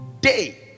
day